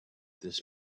this